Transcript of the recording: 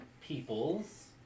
peoples